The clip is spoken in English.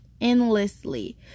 endlessly